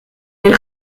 den